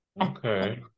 Okay